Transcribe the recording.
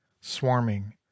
swarming